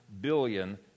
billion